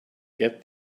get